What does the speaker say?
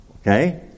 Okay